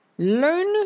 Learn